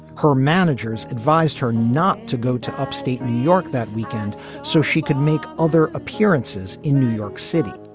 her managers advised her not to go to upstate new york that weekend so she could make other appearances in new york city.